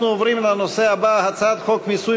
אנחנו עוברים לנושא הבא: הצעת חוק מיסוי